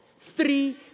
Three